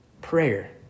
prayer